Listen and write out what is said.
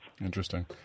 Interesting